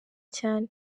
cyane